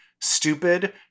stupid